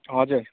हजुर